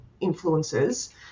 influences